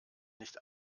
nicht